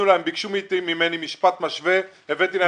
הם ביקשו ממני משפט משווה והבאתי להם.